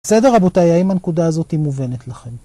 בסדר רבותיי האם הנקודה הזאת מובנת לכם?